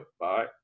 Bye